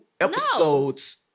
episodes